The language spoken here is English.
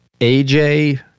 AJ